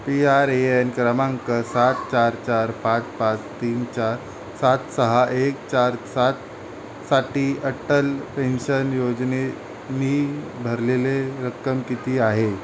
P R A N क्रमांक सात चार चार पाच पाच तीन चार सात सहा एक चार सात साठी अटल पेन्शन योजनेत मी भरलेले रक्कम किती आहे